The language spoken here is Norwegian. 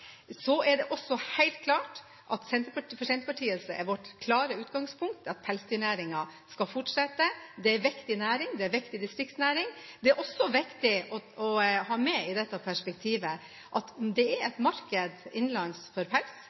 Så er det også helt klart at Senterpartiets klare utgangspunkt er at pelsdyrnæringen skal fortsette. Det er en viktig næring, det er en viktig distriktsnæring. Det er også viktig å ha med i dette perspektivet at det er et marked innenlands for pels.